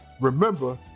remember